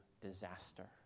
disaster